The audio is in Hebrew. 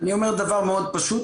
אני אומר דבר מאוד פשוט,